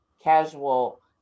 casual